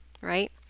right